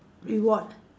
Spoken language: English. reward